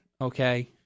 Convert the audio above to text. okay